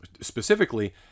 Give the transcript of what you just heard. specifically